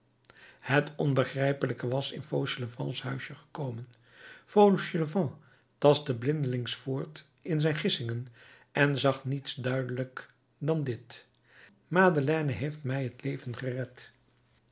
het onbegrijpelijke was in fauchelevents huisje gekomen fauchelevent tastte blindelings voort in zijn gissingen en zag niets duidelijk dan dit madeleine heeft mij het leven gered